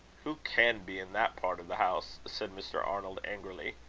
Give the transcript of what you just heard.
who can be in that part of the house? said mr. arnold, angrily.